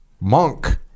monk